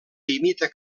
imita